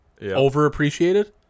overappreciated